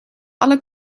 alle